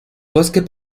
bosque